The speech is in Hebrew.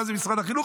פעם זה משרד החינוך,